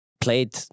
played